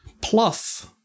Plus